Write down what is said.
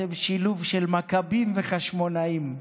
אתם שילוב של מכבים וחשמונאים,